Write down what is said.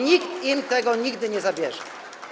Nikt im tego nigdy nie zabierze.